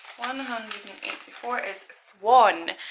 one hundred and eighty four is swan!